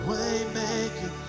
Waymaker